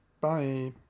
Bye